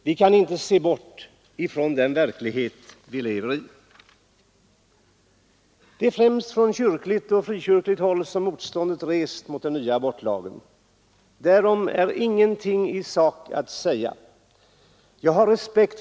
Vi kan inte se bort från den verklighet vi lever i. Det är främst från kyrkligt och frikyrkligt håll som motståndet rests mot den nya abortlagen. Därom är ingenting i sak att säga.